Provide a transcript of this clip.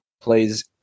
plays